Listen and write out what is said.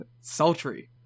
sultry